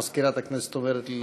מזכירת הכנסת אומרת לי,